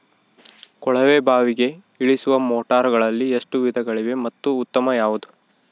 ಕೊಳವೆ ಬಾವಿಗೆ ಇಳಿಸುವ ಮೋಟಾರುಗಳಲ್ಲಿ ಎಷ್ಟು ವಿಧಗಳಿವೆ ಮತ್ತು ಉತ್ತಮ ಯಾವುದು?